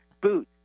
boots